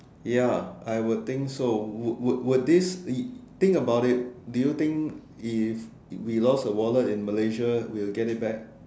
ya I would think so would would would this think about it do you think if we lost a wallet in Malaysia we'll get it back